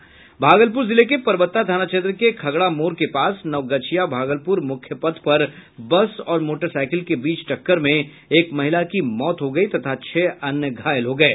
भागलपुर जिले के परबत्ता थाना क्षेत्र के खगडा मोड़ के पास नवगछिया भागलपुर मुख्य पथ पर बस और मोटरसाइकिल के बीच टक्कर में एक महिला की मौत हो गई तथा छह अन्य घायल हो गये